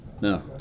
No